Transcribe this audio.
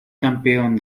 campeón